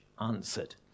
answered